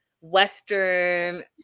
Western